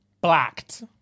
Blacked